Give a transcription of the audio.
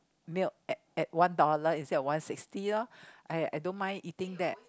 milk at at one dollar instead of one sixty loh I don't mind eating that